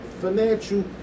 financial